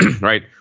Right